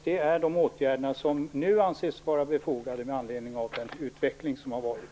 Det är de åtgärder som nu anses befogade med anledning av den utveckling som har skett.